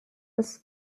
was